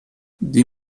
die